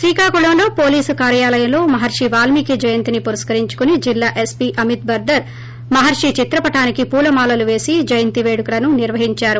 శ్రీకాకుళంలో పోలీసు కార్యాలయంలో మహర్షి వాల్మీకి జయంతిని పురస్కరించుకుని జిల్లా ఎస్పీ అమిత్ బర్దర్ మహర్షి చిత్రపటానికి పూలమాలలు పేసి జయంతి పేడుకలను నిర్వహించారు